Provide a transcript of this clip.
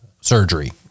surgery